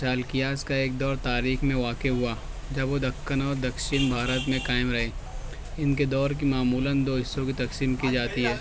چالکیاز کا ایک دور تاریخ میں واقع ہوا جب وہ دکن اور دکشن بھارت میں قائم رہے ان کے دور کے معمولاً دو حصوں کی تقسیم کی جاتی ہے